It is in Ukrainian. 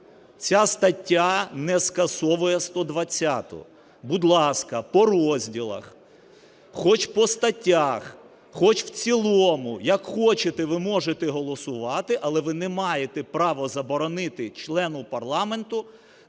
Ця стаття не скасовує 120-у. Будь ласка, по розділах, хоч по статтях, хоч в цілому – як хочете ви можете голосувати, але ви не маєте права заборонити члену парламенту